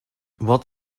what